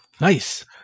Nice